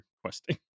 questing